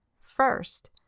First